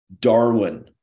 Darwin